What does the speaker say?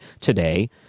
today